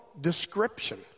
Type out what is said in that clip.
description